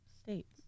states